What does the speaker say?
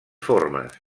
formes